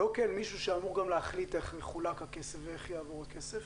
לא כאל מישהו שאמור גם להחליט איך יחולק הכסף ואיך יעבור הכסף.